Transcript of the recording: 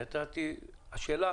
השאלה